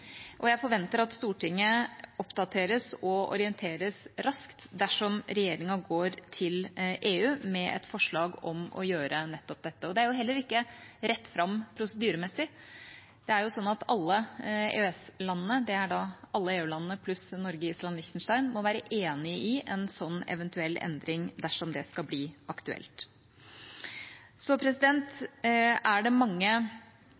og jeg forventer at Stortinget oppdateres og orienteres raskt dersom regjeringa går til EU med et forslag om å gjøre nettopp dette. Det er jo heller ikke rett fram prosedyremessig. Alle EØS-landene – det er da alle EU-landene pluss Norge, Island og Liechtenstein – må være enig i en sånn eventuell endring dersom det skal bli aktuelt. Så er det mange